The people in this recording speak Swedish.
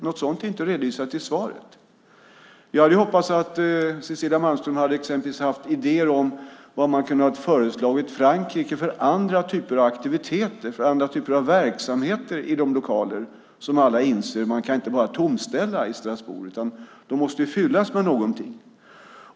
Något sådant är ju inte redovisat i svaret. Jag hade hoppats att Cecilia Malmström exempelvis hade haft idéer om vad man kan föreslå Frankrike för andra typer av aktiviteter och verksamheter i de lokaler i Strasbourg som alla inser inte bara kan tomställas. De måste fyllas med någonting.